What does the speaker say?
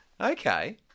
Okay